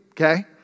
okay